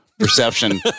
Perception